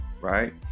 right